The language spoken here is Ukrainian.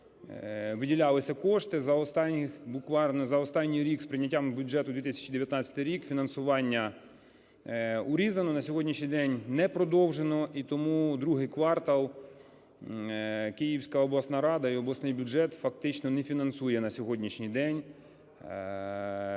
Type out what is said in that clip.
виділялися кошти, буквально за останній рік з прийняттям бюджету на 2019 рік фінансування урізано, на сьогоднішній день не продовжено. І тому другий квартал Київська обласна рада і обласний бюджет фактично не фінансує на сьогоднішній день